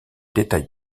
détail